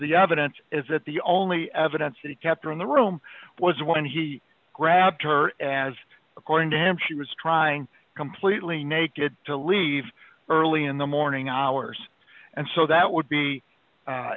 the evidence is that the only evidence he kept her in the room was when he grabbed her as according to him she was trying completely naked to leave early in the morning hours and so that would